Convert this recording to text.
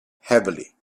heavily